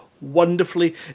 wonderfully